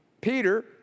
Peter